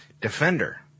Defender